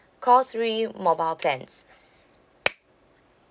call three mobile plans